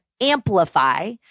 amplify